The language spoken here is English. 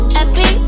Happy